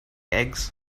eggs